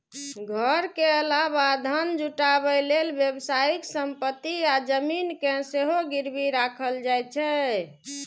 घर के अलावा धन जुटाबै लेल व्यावसायिक संपत्ति आ जमीन कें सेहो गिरबी राखल जा सकैए